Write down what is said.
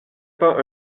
pas